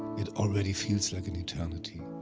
it already feels like an eternity.